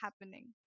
happening